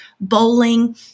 bowling